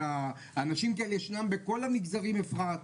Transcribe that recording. אנשים כאלה ישנם בכל המגזרים, אפרת.